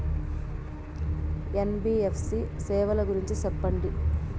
NBFC సేవల గురించి సెప్పండి?